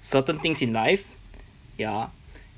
certain things in life ya